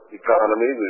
economy